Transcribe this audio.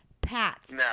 Pat's